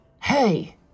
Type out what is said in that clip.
Hey